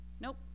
nope